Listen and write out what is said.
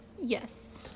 Yes